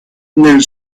nel